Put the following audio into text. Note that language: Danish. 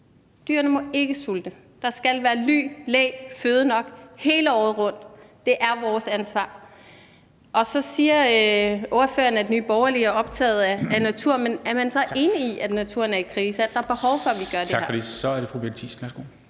– de må ikke sulte – og der skal være ly, læ og føde nok hele året rundt. Det er vores ansvar. Så siger spørgeren, at Nye Borgerlige er optaget af naturen. Men er man så enig i, at naturen er i krise, og at der er behov for, at vi gør det her? Kl. 13:55 Formanden (Henrik Dam